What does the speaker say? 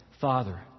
Father